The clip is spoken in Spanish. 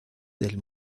del